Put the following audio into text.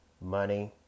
money